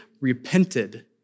repented